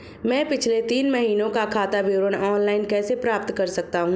मैं पिछले तीन महीनों का खाता विवरण ऑनलाइन कैसे प्राप्त कर सकता हूं?